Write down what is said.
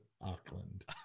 Auckland